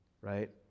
right